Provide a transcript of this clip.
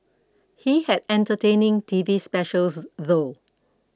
he had entertaining T V specials though